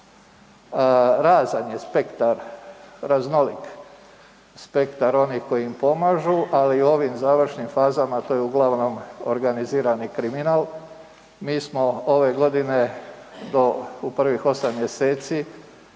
Razan je spektar, raznolik spektar onih koji im pomažu ali u ovim završnim fazama, to je uglavnom organizirani kriminal, mi smo ove godine do u prvih 8 mj.